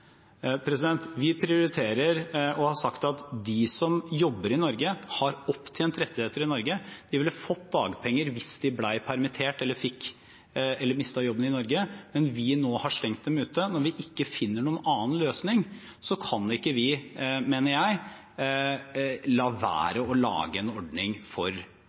Vi har sagt at de som jobber i Norge og har opptjent rettigheter i Norge, ville fått dagpenger hvis de ble permittert eller mistet jobben i Norge, men vi har nå stengt dem ute. Når vi ikke finner noen annen løsning, kan vi ikke, mener jeg, la være å lage en ordning for